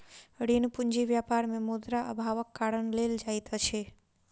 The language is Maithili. ऋण पूंजी व्यापार मे मुद्रा अभावक कारण लेल जाइत अछि